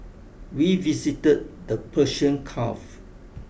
we visited the Persian Gulf